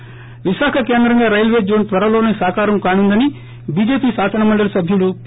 ి విశాఖ కేంద్రంగా railway zone త్వరలోనే సాకారం కానుందని బీజేపి శాసనమండలి సభ్యుడు పి